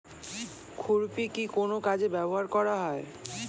খুরপি কি কোন কাজে ব্যবহার করা হয়?